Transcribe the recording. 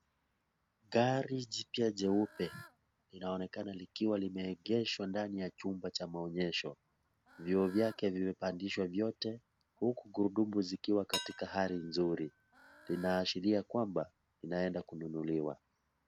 Gari jipya jeupe, linaonekana likiwa limeegeshwa ndani ya chumba cha maonyesho. Vioo vyake vimepandishwa vyote, huku guruduma zikiwa katika hali nzuri. Linaashiria kwamba, linaenda kununuliwa.